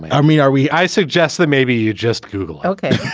i mean, are we i suggest that maybe you just google. okay